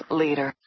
leader